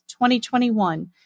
2021